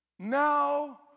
Now